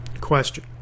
Question